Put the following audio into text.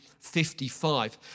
55